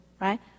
right